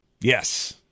yes